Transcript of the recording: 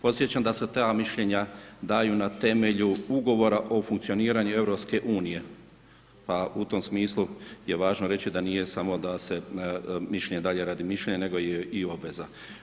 Podsjećam da se ta mišljenja daju na temelju ugovora o funkcioniranju EU-a pa u tom smislu je važno reći da nije samo da se mišljenje da li je radi mišljenja nego i obveza.